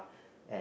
and